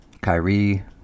Kyrie